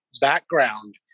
background